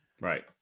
Right